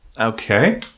Okay